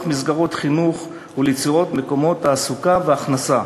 מסגרות חינוך וליצירת מקומות תעסוקה והכנסה.